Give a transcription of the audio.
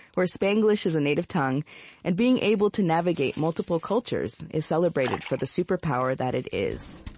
where spanglish is a native tongue and being able to navigate multiple cultures is celebrated for the superpower that it is.